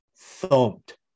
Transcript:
Thumped